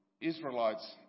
Israelites